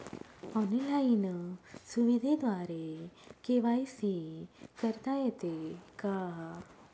Online सुविधेद्वारे KYC करता येते का?